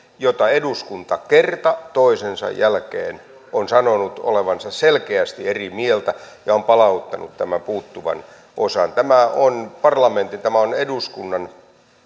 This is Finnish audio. että eduskunta kerta toisensa jälkeen on sanonut olevansa siitä selkeästi eri mieltä ja on palauttanut tämän puuttuvan osan tämä on parlamentin tämä on eduskunnan